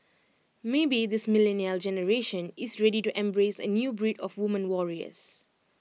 maybe this millennial generation is ready to embrace A new breed of women warriors